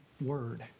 word